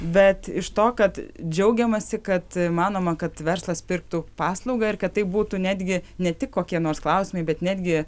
bet iš to kad džiaugiamasi kad manoma kad verslas pirktų paslaugą ir kad tai būtų netgi ne tik kokie nors klausimai bet netgi